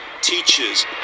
teachers